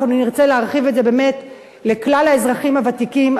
אנחנו נרצה להרחיב את זה לכלל האזרחים הוותיקים,